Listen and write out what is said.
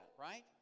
right